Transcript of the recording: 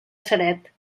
ceret